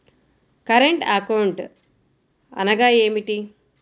Current account అనగా ఏమిటి?